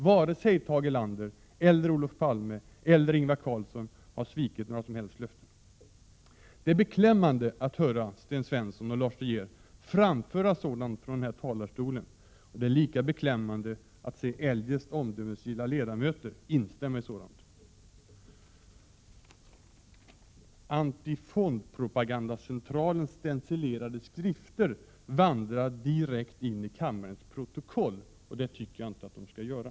Varken Tage Erlander, Olof Palme eller Ingvar Carlsson har svikit några som helst löften. Det är beklämmande att höra Sten Svensson och Lars De Geer framföra sådant från den här talarstolen. Och det är lika beklämmande att höra eljest omdömesgilla ledamöter instämma i sådant. Antifondpropagandacentralens stencilerade skrifter vandrar direkt in i kammarens protokoll. Det tycker jag inte att de skall göra.